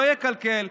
לא יקלקל,